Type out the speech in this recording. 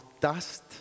dust